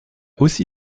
aussi